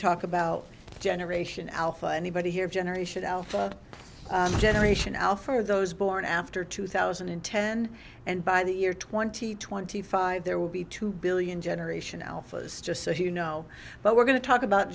talk about generation alpha anybody here generation alpha generation al for those born after two thousand and ten and by the year twenty twenty five there will be two billion generation alphas just so you know but we're going to talk about